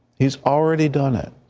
he's already done it.